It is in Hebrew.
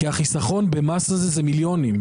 כי החיסכון במס רכישה הוא במיליונים,